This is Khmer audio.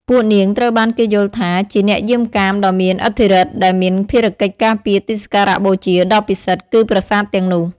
ពួកនាងត្រូវបានគេយល់ថាជា អ្នកយាមកាមដ៏មានឥទ្ធិឫទ្ធិ ដែលមានភារកិច្ចការពារទីសក្ការបូជាដ៏ពិសិដ្ឋ គឺប្រាសាទទាំងនោះ។